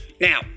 now